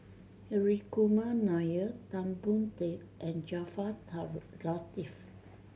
Hri Kumar Nair Tan Boon Teik and Jaafar Latiff